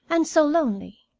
and so lonely.